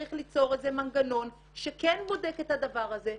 צריך ליצור מנגנון שכן בודק את הדבר הזה,